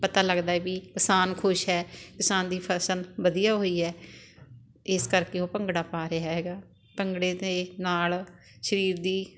ਪਤਾ ਲੱਗਦਾ ਵੀ ਕਿਸਾਨ ਖੁਸ਼ ਹੈ ਕਿਸਾਨ ਦੀ ਫਸਲ ਵਧੀਆ ਹੋਈ ਹੈ ਇਸ ਕਰਕੇ ਉਹ ਭੰਗੜਾ ਪਾ ਰਿਹਾ ਹੈਗਾ ਭੰਗੜੇ ਦੇ ਨਾਲ ਸਰੀਰ ਦੀ